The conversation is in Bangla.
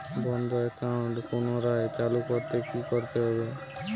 বন্ধ একাউন্ট পুনরায় চালু করতে কি করতে হবে?